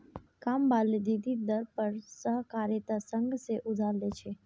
कामवाली दीदी दर पर सहकारिता संघ से उधार ले छे